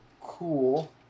cool